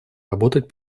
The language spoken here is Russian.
работать